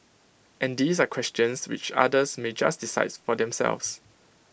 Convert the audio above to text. and these are questions which others may just decide for themselves